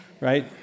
right